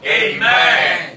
amen